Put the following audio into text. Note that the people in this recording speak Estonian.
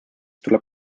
tuleb